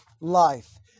life